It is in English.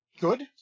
good